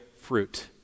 fruit